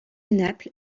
naples